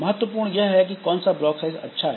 महत्वपूर्ण यह है कि कौन सा ब्लॉक साइज अच्छा है